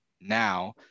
now